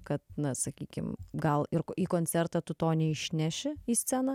kad na sakykim gal ir į koncertą tu to neišneši į sceną